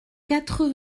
quatre